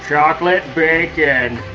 chocolate bacon.